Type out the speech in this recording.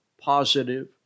positive